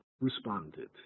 responded